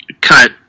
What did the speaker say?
cut